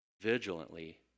vigilantly